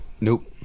Nope